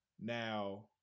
Now